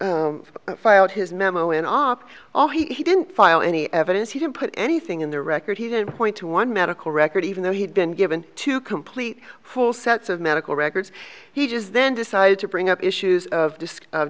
e filed his memo in op all he didn't file any evidence he didn't put anything in the record he didn't point to one medical record even though he'd been given to complete full sets of medical records he just then decided to bring up issues of disk